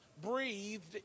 breathed